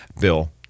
bill